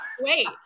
Wait